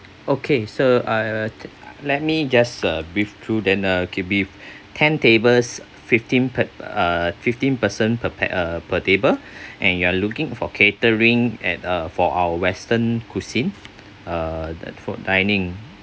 okay so uh let me just uh brief through then uh okay be ten tables fifteen per~ uh fifteen person per pac~ uh per table and you are looking for catering at uh for our western cuisine uh th~ for dining